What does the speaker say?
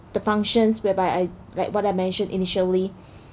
the functions whereby I like what I mentioned initially